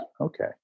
Okay